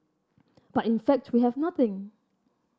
but in fact we have nothing